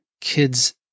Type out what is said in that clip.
kids